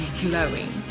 glowing